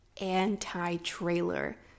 anti-trailer